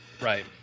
Right